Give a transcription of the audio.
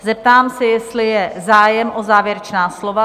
Zeptám se, jestli je zájem o závěrečná slova?